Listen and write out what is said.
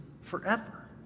forever